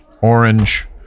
orange